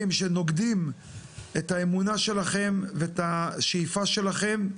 שנוגדים את האמונה שלכם ואת השאיפה שלכם,